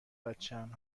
بچم